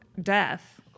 death